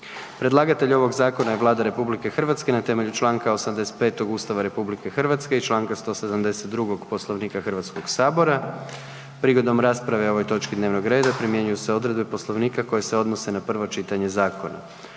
Predlagatelj ovog zakona je Vlada RH na temelju čl. 85. Ustava RH i čl. 172. Poslovnika Hrvatskoga sabora. Prigodom rasprave o ovoj točki dnevnog reda primjenjuju se odredbe Poslovnika koje se odnose na prvo čitanje zakona.